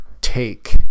take